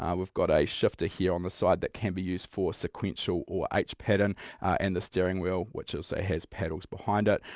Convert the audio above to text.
um we've got a shifter here on the side that can be used for sequential or h pattern and the steering wheel which also has paddles behind it.